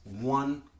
one